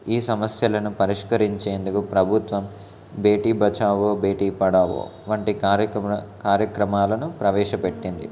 ఈ సమస్యలను పరిష్కరించేందుకు ప్రభుత్వం బేటి బచావో బేటి పడావో వంటి కార్యక్రమ కార్యక్రమాలను ప్రవేశపెట్టింది